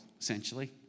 essentially